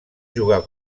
jugar